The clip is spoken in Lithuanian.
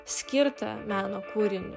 skirtą meno kūrinį